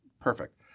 perfect